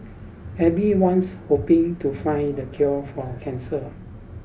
everyone's hoping to find the cure for cancer